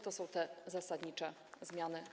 To są te zasadnicze zmiany.